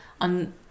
on